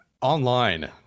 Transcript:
online